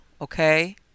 Okay